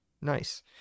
Nice